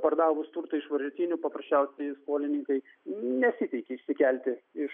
pardavus turtą iš varžytinių paprasčiausiai skolininkai nesiteikia išsikelti iš